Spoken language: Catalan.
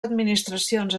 administracions